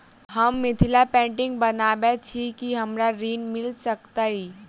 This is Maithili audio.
हम मिथिला पेंटिग बनाबैत छी की हमरा ऋण मिल सकैत अई?